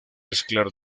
mezclar